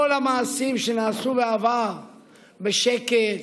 כל המעשים שנעשו בעבר בשקט,